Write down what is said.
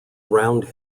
round